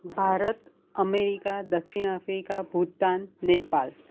Bharat America દક્ષિણ Africa Bhutan Nepal